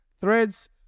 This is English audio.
Threads